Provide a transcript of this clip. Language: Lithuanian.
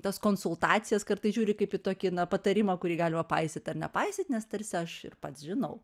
tas konsultacijas kartais žiūri kaip į tokį patarimą kurį galima paisyt ar nepaisyt nes tarsi aš ir pats žinau